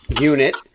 unit